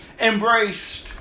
embraced